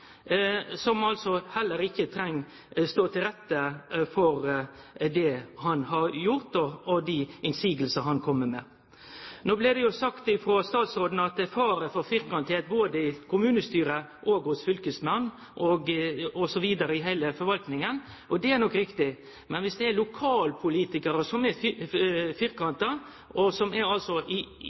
heller ikkje treng å stå til rette for det han har gjort, og dei innvendingane han kjem med. No blei det jo sagt frå statsråden at det er fare for «firkantethet» både frå kommunestyre og fylkesmann osv. i heile forvaltinga. Det er nok riktig, men dersom det er lokalpolitikarar som er firkanta, og som ikkje handlar i